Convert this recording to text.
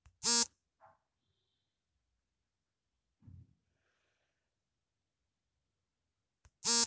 ಭಾರತದಲ್ಲಿ ಹಣಕಾಸು ಸಂಸ್ಥೆ ಮತ್ತು ಬ್ಯಾಂಕ್ಗಳು ಕೃಷಿಸಾಲ ಒದಗಿಸುತ್ವೆ ಉದಾಹರಣೆಗೆ ಎಸ್.ಬಿ.ಐ ಕೃಷಿಸಾಲ